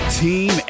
team